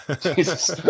Jesus